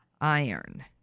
iron